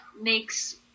makes